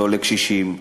לא לקשישים,